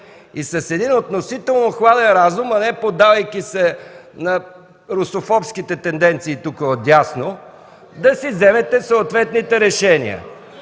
и с относително хладен разум, а не поддавайки се на русофобските тенденции тук отдясно, да си вземете съответните решения.